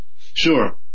Sure